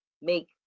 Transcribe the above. make